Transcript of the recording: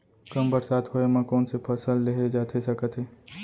कम बरसात होए मा कौन से फसल लेहे जाथे सकत हे?